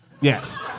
Yes